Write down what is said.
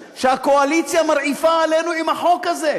שהקואליציה מרעיפה עלינו עם החוק הזה.